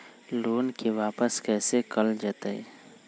Loan के वापस कैसे कैल जतय?